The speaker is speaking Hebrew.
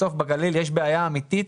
בסוף בגליל יש בעיה אמיתית